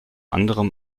anderem